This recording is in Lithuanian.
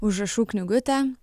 užrašų knygutę